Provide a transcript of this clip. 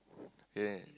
okay